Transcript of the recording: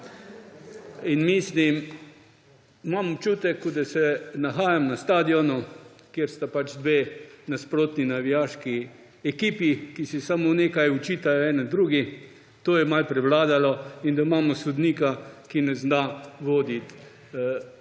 za besedo. Imam občutek, kot da se nahajam na stadionu, kjer sta dve nasprotni navijaški ekipi, ki si samo nekaj očitata ena drugi, to je malo prevladalo, in da imamo sodnika, ki ne zna voditi